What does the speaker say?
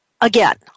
Again